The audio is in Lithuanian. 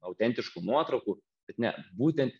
autentiškų nuotraukų bet ne būtent